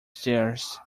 stairs